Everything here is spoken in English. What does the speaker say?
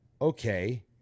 okay